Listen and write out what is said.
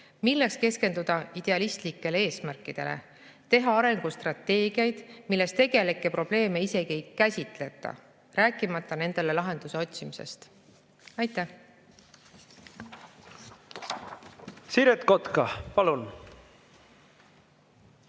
Milleks keskenduda idealistlikele eesmärkidele, teha arengustrateegiaid, milles tegelikke probleeme isegi ei käsitleta, rääkimata nendele lahenduse otsimisest? Aitäh!